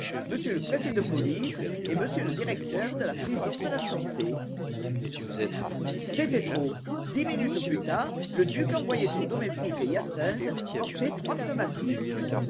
m le préfet de police et m le directeur de la prison de la santé c'était trop dix minutes plus tard le duc envoyait son domestique hyacinthe porter trois pneumatiques